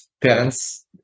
parents